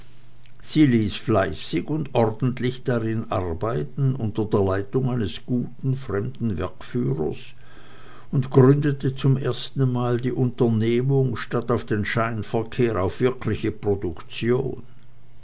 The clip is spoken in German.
sie ließ fleißig und ordentlich darin arbeiten unter der leitung eines guten fremden werkführers und gründete zum ersten mal die unternehmung statt auf den scheinverkehr auf wirkliche produktion